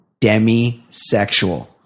demisexual